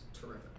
terrific